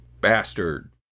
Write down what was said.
bastard